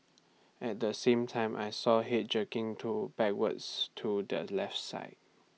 at the same time I saw Head jerking to backwards to the left side